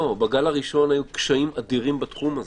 בגל הראשון היו קשיים אדירים בתחום הזה.